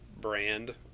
brand